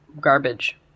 garbage